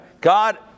God